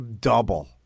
double